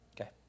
Okay